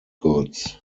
goods